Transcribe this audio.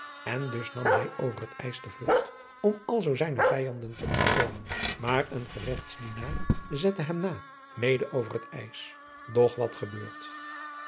en dus nam hij over het ijs de vlugt om alzoo zijnen vijanden te ontkomen maar een geregtsdienaar zet hem na mede over het ijs doch wat gebeurt